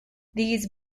these